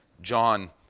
John